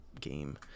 game